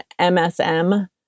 MSM